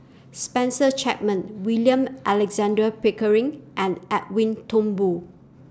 Spencer Chapman William Alexander Pickering and Edwin Thumboo